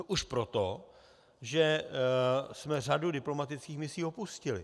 Už proto, že jsme řadu diplomatických misí opustili.